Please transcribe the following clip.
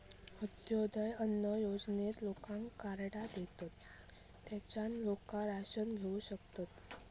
अंत्योदय अन्न योजनेत लोकांका कार्डा देतत, तेच्यान लोका राशन घेऊ शकतत